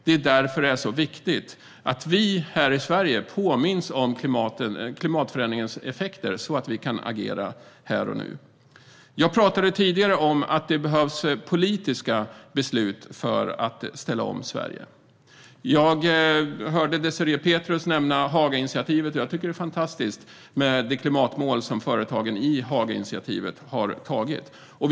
Det är därför det är så viktigt att vi här i Sverige påminns om klimatförändringens effekter så att vi kan agera här och nu. Jag talade tidigare om att det behövs politiska beslut för att ställa om Sverige. Jag hörde Désirée Pethrus nämna Hagainitiativet, och jag tycker att det är fantastiskt med det klimatmål som företagen i Hagainitiativet har antagit.